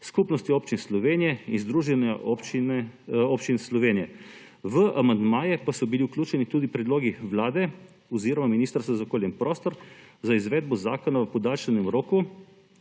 Skupnosti občin Slovenije in Združenja občin Slovenije. V amandmaje pa so bili vključeni tudi predlogi Vlade oziroma Ministrstva za okolje in prostor za izvedbo zakona v podaljšanem roku